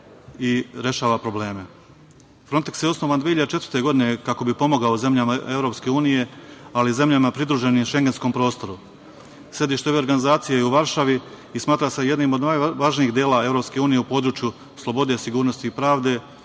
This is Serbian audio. i rešava probleme. Fronteks je osnovan 2004. godine, kako bi pomogao zemljama EU, ali i zemljama pridruženim šengenskom prostoru. Sedište ove organizacije je u Varšavi i smatra se jednim od najvažnijih dela EU u području slobode, sigurnosti i pravde,